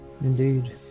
indeed